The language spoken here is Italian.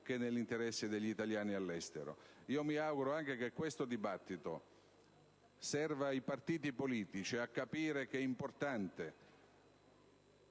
che nell'interesse degli italiani all'estero. Mi auguro anche che questo dibattito serva a far capire ai partiti che è importante